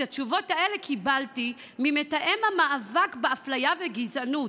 את התשובות האלה קיבלתי ממתאם המאבק באפליה וגזענות,